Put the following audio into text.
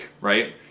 right